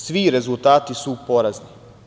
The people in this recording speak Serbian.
Svi rezultati su porazni.